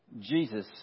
Jesus